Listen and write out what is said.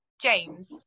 James